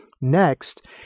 Next